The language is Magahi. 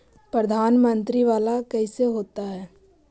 प्रधानमंत्री मंत्री वाला कैसे होता?